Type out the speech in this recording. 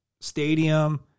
stadium